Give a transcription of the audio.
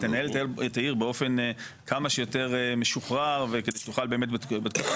תנהל את העיר באופן כמה שיותר משוחרר כדי שתוכל בתקופת